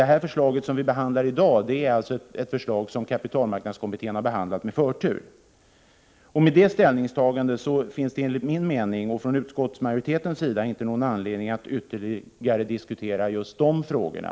Det förslag som vi behandlar i dag är ett förslag som kapitalmarknadskommittén har behandlat med förtur. Med det ställningstagandet finns det enligt min och utskottsmajoritetens mening ingen anledning att ytterligare diskutera just de frågorna.